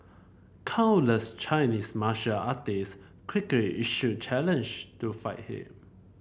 countless Chinese martial artist quickly issued challenge to fight him